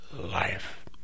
life